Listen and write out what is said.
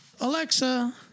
Alexa